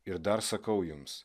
ir dar sakau jums